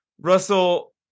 russell